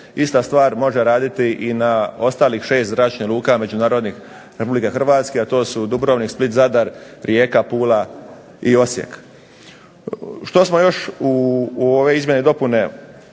ista stvar može raditi i na ostalih 6 zračnih luka, međunarodnih Republike Hrvatske, a to su Dubrovnik, Split, Zadar, Rijeka, Pula i Osijek. Što smo još u ove izmjene i dopune